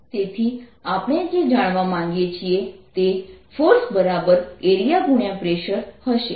તેથી આપણે જે જાણવા માંગીએ છીએ તે ForceArea×pressure હશે અને દબાણ શું છે